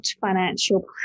financial